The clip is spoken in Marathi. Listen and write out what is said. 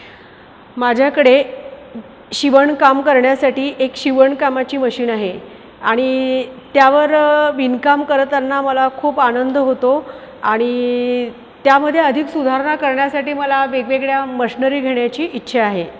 माझ्याकडे शिवणकाम करण्यासाठी एक शिवणकामाची मशीण आहे आणि त्यावर विणकाम करताना मला खूप आनंद होतो आणि त्यामध्ये अधिक सुधारणा करण्यासाठी मला वेगवेगळ्या मशनरी घेण्याची इच्छा आहे